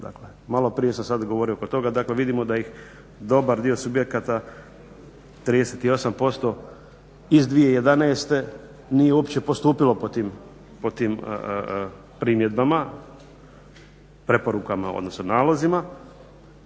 malo prije sam sad govorio oko toga, dakle vidimo da ih dobar dio subjekata 38% iz 2011. nije uopće postupilo po tim primjedbama, preporukama, odnosno nalozima.